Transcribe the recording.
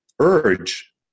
urge